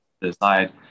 decide